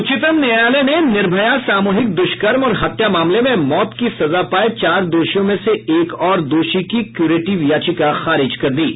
उच्चतम न्यायालय ने निर्भया सामूहिक द्रष्कर्म और हत्या मामले में मौत की सजा पाये चार दोषियों में से एक और दोषी की क्यूरेटिव याचिका खारिज कर दी है